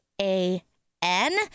A-N